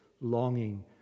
longing